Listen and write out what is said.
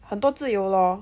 很多自由 loh